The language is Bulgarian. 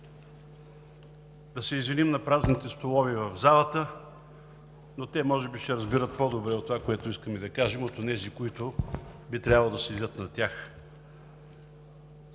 да се извиним на празните столове в залата, но те може би ще разберат по-добре това, което искаме да кажем, от онези, които би трябвало да седят на тях.